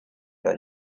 than